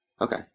Okay